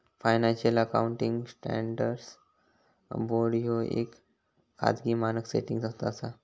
financial accounting standards board ह्या येक खाजगी मानक सेटिंग संस्था असा